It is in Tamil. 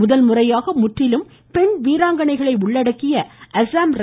முதல்முறையாக முற்றிலும் பெண் வீராங்கணை உள்ளடக்கிய அசாம் ரை